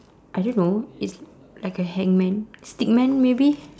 I don't know it's like a hangman stick man maybe